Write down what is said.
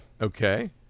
Okay